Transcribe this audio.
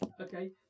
Okay